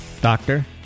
doctor